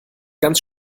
ganz